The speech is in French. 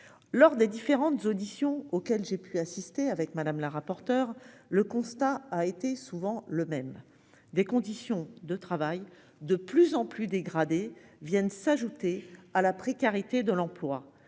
Lors des différentes auditions auxquelles j'ai pu assister avec madame la rapporteure. Le constat a été souvent le même, des conditions de travail de plus en plus dégradé viennent s'ajouter à la précarité de l'emploi